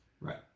Right